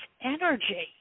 energy